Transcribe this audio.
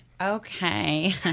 Okay